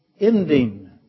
ending